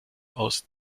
aus